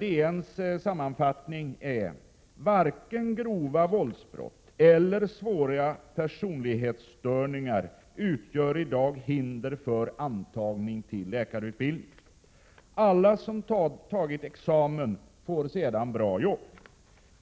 DN:s sammanfattning lyder: ”Varken grova våldsbrott eller svåra personlighetsstörningar utgör i dag hinder för antagning till läkarutbildning. Alla som tagit examen får sedan bra jobb.